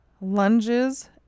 lunges